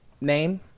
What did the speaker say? name